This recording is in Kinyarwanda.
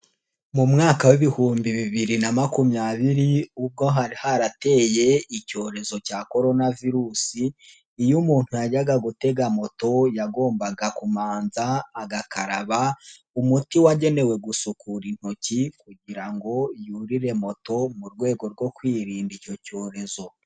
Mu mwaka w'ibihumbi bibiri na makumyabiri ubwo hari harateye icyorezo cya Korona Virusi iyo umuntu yajyaga gutega moto yagombaga kumanza agakaraba umuti wagenewe gusukura intoki kugira ngo yurire moto mu rwego rwo kwirinda icyo cyorezo.